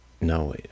no